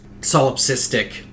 solipsistic